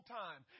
time